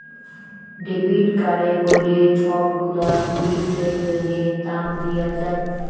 debit কাড়ে ক্যইরে ছব গুলা জিলিসের জ্যনহে দাম দিয়া যায়